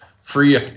free